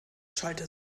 schallte